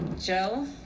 Joe